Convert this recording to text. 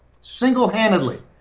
single-handedly